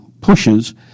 pushes